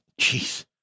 jeez